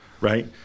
right